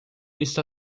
está